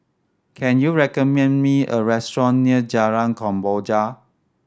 can you recommend me a restaurant near Jalan Kemboja